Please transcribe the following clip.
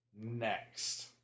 next